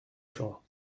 champs